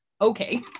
okay